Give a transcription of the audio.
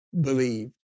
believe